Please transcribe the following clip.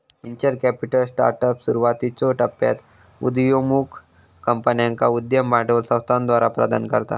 venture capital startups, सुरुवातीच्यो टप्प्यात उदयोन्मुख कंपन्यांका उद्यम भांडवल संस्थाद्वारा प्रदान करता